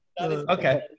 Okay